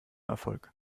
erfolg